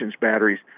batteries